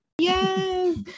Yes